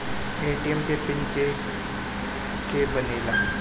ATM के pin के के बनेला?